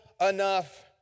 enough